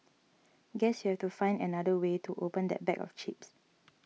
guess you have to find another way to open that bag of chips